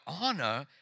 honor